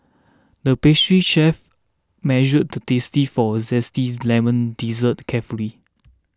the pastry chef measured the tasty for a zesty Lemon Dessert carefully